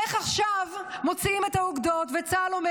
איך עכשיו מוציאים את האוגדות וצה"ל אומר,